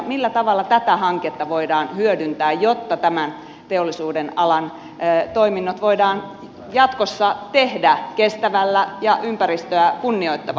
millä tavalla tätä hanketta voidaan hyödyntää jotta tämän teollisuudenalan toiminnot voidaan jatkossa tehdä kestävällä ja ympäristöä kunnioittavalla tavalla